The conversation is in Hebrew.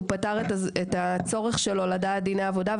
הוא נפטר מהצורך שלו לדעת דיני עבודה,